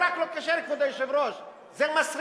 לא רק לא כשר, כבוד היושב-ראש, זה מסריח.